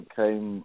came